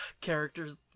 characters